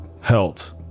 health